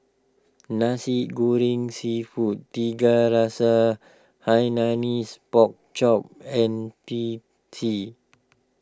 Nasi Goreng Seafood Tiga Rasa Hainanese Pork Chop and Teh T